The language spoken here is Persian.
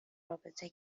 رابطه